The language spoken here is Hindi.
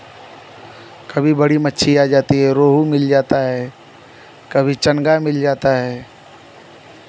कभी बड़ी मच्छी आ जाती है रोहू मिल जाता है चनगा मिल जाता है